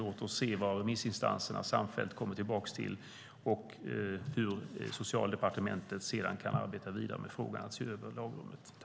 Låt oss se vad remissinstanserna samfällt kommer tillbaka med och hur Socialdepartementet sedan kan arbeta vidare med frågan att se över lagrummet.